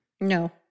No